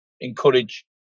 encourage